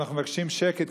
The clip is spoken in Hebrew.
אנחנו מבקשים שקט,